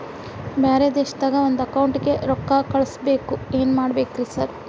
ಬ್ಯಾರೆ ದೇಶದಾಗ ಒಂದ್ ಅಕೌಂಟ್ ಗೆ ರೊಕ್ಕಾ ಕಳ್ಸ್ ಬೇಕು ಏನ್ ಮಾಡ್ಬೇಕ್ರಿ ಸರ್?